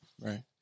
Right